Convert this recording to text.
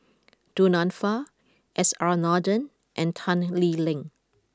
Du Nanfa S R Nathan and Tan Lee Leng